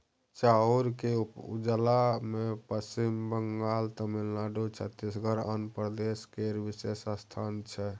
चाउर के उपजा मे पच्छिम बंगाल, तमिलनाडु, छत्तीसगढ़, आंध्र प्रदेश केर विशेष स्थान छै